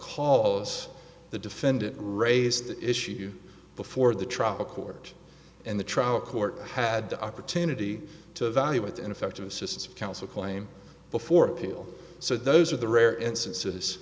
because the defendant raised the issue before the trial court and the trial court had the opportunity to evaluate ineffective assistance of counsel claim before appeal so those are the rare instances